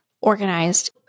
organized